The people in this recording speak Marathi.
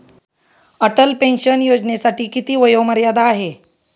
अटल पेन्शन योजनेसाठी किती वयोमर्यादा आहे?